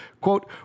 quote